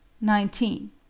nineteen